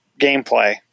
gameplay